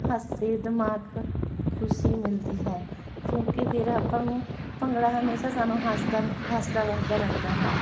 ਹਾਸੇ ਦਿਮਾਗ ਖੁਸ਼ੀ ਮਿਲਦੀ ਹੈ ਕਿਉਂਕਿ ਫਿਰ ਆਪਾਂ ਨੂੰ ਭੰਗੜਾ ਹਮੇਸ਼ਾ ਸਾਨੂੰ ਹੱਸਦਾ ਹੱਸਦਾ ਵੱਸਦਾ ਰੱਖਦਾ ਹੈ